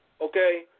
okay